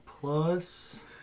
plus